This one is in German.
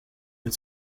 mit